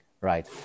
right